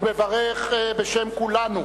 אני מברך בשם כולנו,